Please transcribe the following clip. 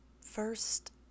first